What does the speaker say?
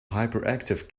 hyperactive